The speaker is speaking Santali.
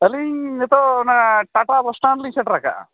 ᱟᱹᱞᱤᱧ ᱱᱤᱛᱚᱜ ᱚᱱᱟ ᱴᱟᱴᱟ ᱵᱟᱥᱴᱮᱱ ᱞᱤᱧ ᱥᱮᱴᱮᱨ ᱟᱠᱟᱜᱼᱟ